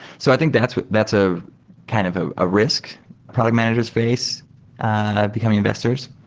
so i think that's that's a kind of ah a risk product managers face ah becoming investors.